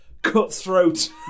cutthroat